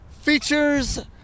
features